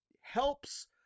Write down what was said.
helps